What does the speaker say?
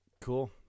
Cool